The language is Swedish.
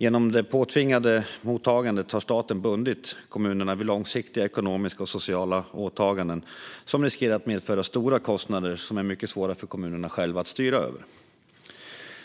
Genom det påtvingade mottagandet har staten bundit kommunerna vid långsiktiga ekonomiska och sociala åtaganden som riskerar att medföra stora kostnader som är mycket svåra för kommunerna själva att styra över.